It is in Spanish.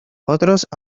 otros